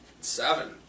Seven